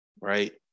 Right